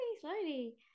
slowly